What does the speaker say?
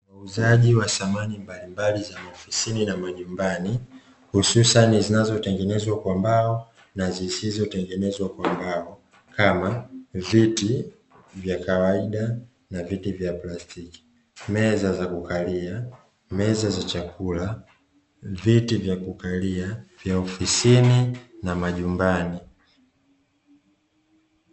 Wauzaji wa samani mbalimbali za maofisini na majumbani hususani zinazotenezwa kwa mbao na zisizotengenezwa kwa mbao kama viti vya kawaida na viti vya plastiki, meza za kukalia, meza za chakula, viti vya kukalia vya ofisini na majumbani.